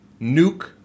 Nuke